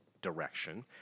direction